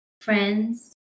friends